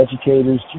educators